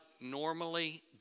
normally